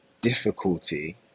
difficulty